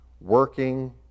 working